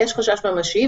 "יש חשש ממשי",